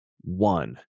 one